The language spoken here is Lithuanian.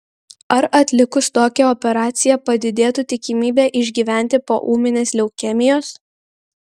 ar atlikus tokią operaciją padidėtų tikimybė išgyventi po ūminės leukemijos